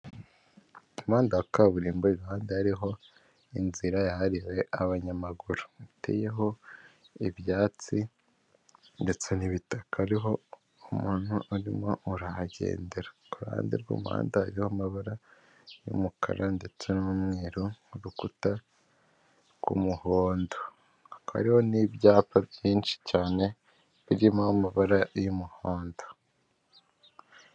Umuhanda ya kaburimbo iruhande hariho inzira yahariwe abanyamaguru hateyeho ibyatsi ndetse n'ibitaka. Hariho umuntu arimo arahagendera, kuruhande rw'umuhanda amabara y'umukara ndetse n'umweru, urukuta rw'umuhondo. Hariho n'ibyapa byinshi cyane by'amabara y'umuhondo.